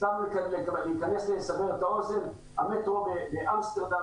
סתם לסבר את האוזן המטרו באמסטרדם,